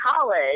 college